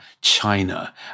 China